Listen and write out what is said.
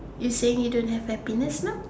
you saying you don't have happiness now